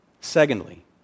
Secondly